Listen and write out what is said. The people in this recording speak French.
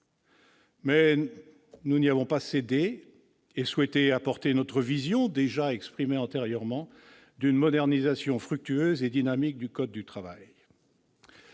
». Nous n'y avons pas cédé et avons souhaité apporter notre vision- déjà exprimée antérieurement -d'une modernisation fructueuse et dynamique du code du travail.